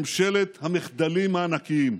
ממשלת המחדלים הענקיים,